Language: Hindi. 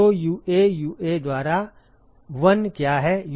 तो UA UA द्वारा 1 क्या है